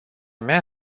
mea